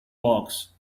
box